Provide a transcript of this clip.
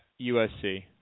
USC